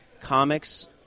Comics